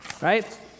right